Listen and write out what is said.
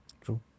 True